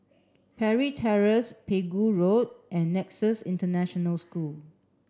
Parry Terrace Pegu Road and Nexus International School